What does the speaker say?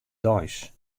deis